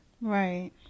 Right